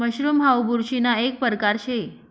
mushroom हाऊ बुरशीना एक परकार शे